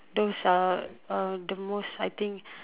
those are uh the most I think